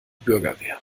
bürgerwehr